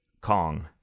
Kong